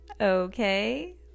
okay